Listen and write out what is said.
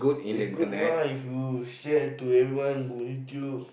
is good lah if you share to everyone going through